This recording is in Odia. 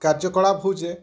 କାର୍ଯ୍ୟକଳାପ ହେଉଛେ